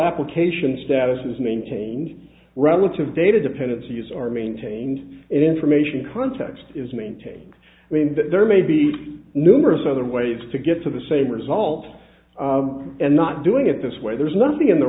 application status is maintained relative data dependencies are maintained information context is maintained meaning that there may be numerous other ways to get to the same results and not doing it this way there's nothing in the